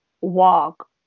walk